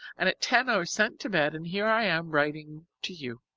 and at ten i was sent to bed and here i am, writing to you.